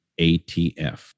ATF